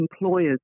employers